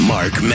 Mark